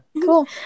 cool